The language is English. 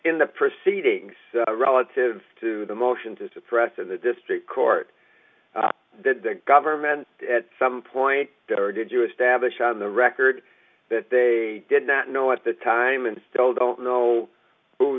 in the proceedings relative to the motion to suppress and the district court the government at some point did you establish on the record that they did not know at the time and still don't know who